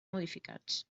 modificats